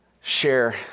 share